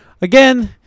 Again